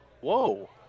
whoa